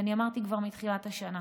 ואני אמרתי כבר מתחילת השנה,